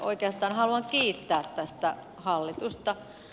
oikeastaan haluan kiittää tästä hallitusta